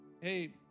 hey